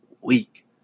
week